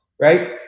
right